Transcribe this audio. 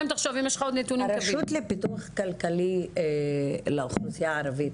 הרשות לפיתוח כלכלי לאוכלוסייה הערבית.